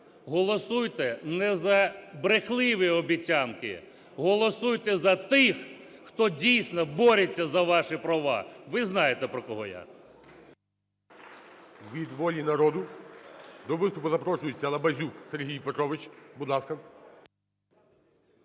голосуйте не за брехливі обіцянки, голосуйте за тих, хто дійсно бореться за ваші права. Ви знаєте, про кого я.